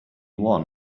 one